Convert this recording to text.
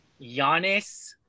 Giannis